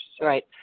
Right